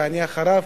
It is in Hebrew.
ואני אחריו.